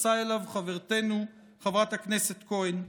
והתייחסה אליו חברתנו חברת הכנסת כהן.